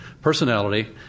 personality